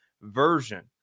version